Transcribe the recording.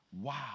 Wow